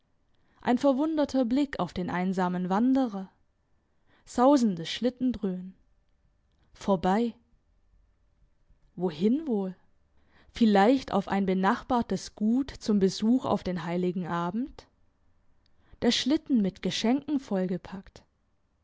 ein verwunderter blick auf den einsamen wanderer sausendes schlittendröhnen vorbei wohin wohl vielleicht auf ein benachbartes gut zum besuch auf den heiligen abend der schlitten mit geschenken vollgepackt